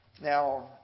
Now